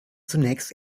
zunächst